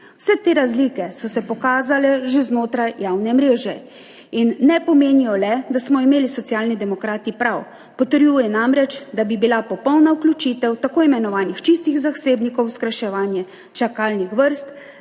Vse te razlike so se pokazale že znotraj javne mreže in ne pomenijo le, da smo imeli Socialni demokrati prav. Potrjujejo namreč, da bi bila popolna vključitev tako imenovanih čistih zasebnikov v skrajševanje čakalnih vrst